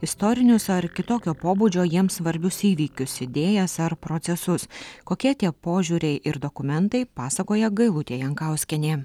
istorinius ar kitokio pobūdžio jiems svarbius įvykius idėjas ar procesus kokie tie požiūriai ir dokumentai pasakoja gailutė jankauskienė